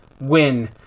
win